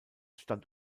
stand